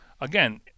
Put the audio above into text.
again